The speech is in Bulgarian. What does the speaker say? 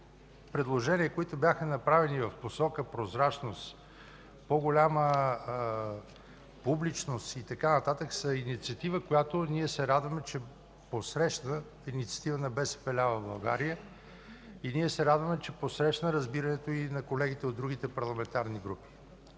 предложения, които бяха направени в посока прозрачност, по-голяма публичност и така нататък, са инициатива, която ние се радваме, че посрещна инициатива на „БСП лява България”; ние се радваме, че посрещна разбирането и на колегите от другите парламентарни групи.